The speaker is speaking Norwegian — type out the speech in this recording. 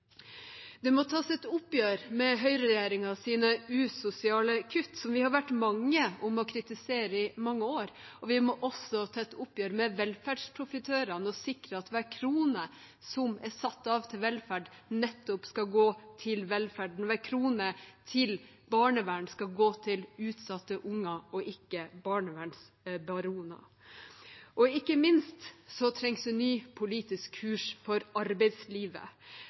Det må tas et oppgjør med høyreregjeringens usosiale kutt, som vi har vært mange om å kritisere i mange år. Vi må også ta et oppgjør med velferdsprofitørene og sikre at hver krone som er satt av til velferd, nettopp skal gå til velferd. Hver krone til barnevern skal gå til utsatte unger og ikke til barnevernsbaroner. Ikke minst trengs en ny politisk kurs for arbeidslivet.